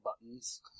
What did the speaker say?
buttons